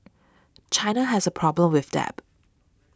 China has a problem with debt